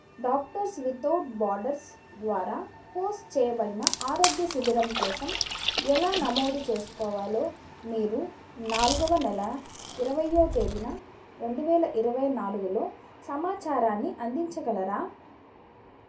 doctors Without Borders ద్వారా host చేయబడిన ఆరోగ్య శిబిరం కోసం ఎలా నమోదు చేసుకోవాలో మీరు నాలుగవ నెల ఇరవై తేదీన రెండు వేల ఇరవై నాలుగులో సమాచారాన్ని అందించగలరా